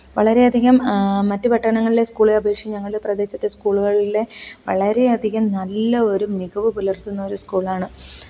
വളരെ അധികം മറ്റു പട്ടണങ്ങളിലെ സ്കൂളുകളെ അപേക്ഷിച്ചു ഞങ്ങളുടെ പ്രദേശത്തെ സ്കൂളുകളിൽ വളരെ അധികം നല്ല ഒരു മികവ് പുലർത്തുന്ന ഒരു സ്കൂളാണ്